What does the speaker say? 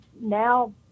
now